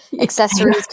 accessories